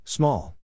Small